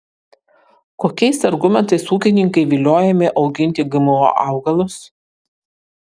kokiais argumentais ūkininkai viliojami auginti gmo augalus